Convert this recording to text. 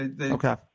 Okay